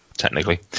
technically